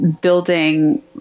building